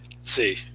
see